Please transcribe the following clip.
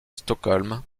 stockholm